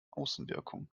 außenwirkung